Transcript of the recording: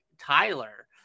tyler